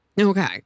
Okay